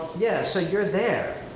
yeah, so you're there.